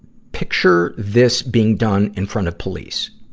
picture this being done in front of police.